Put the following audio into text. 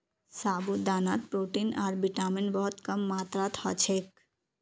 साबूदानात प्रोटीन आर विटामिन बहुत कम मात्रात ह छेक